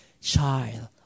child